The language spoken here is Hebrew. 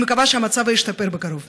אני מקווה שהמצב ישתפר בקרוב.